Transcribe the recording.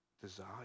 desire